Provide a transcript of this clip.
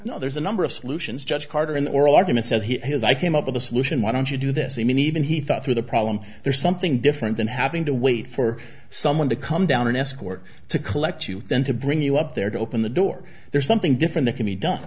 know there's a number of solutions judge carter an oral argument says he has i came up with a solution why don't you do this i mean even he thought through the problem there's something different than having to wait for someone to come down an escort to collect you then to bring you up there to open the door there's something different that can be done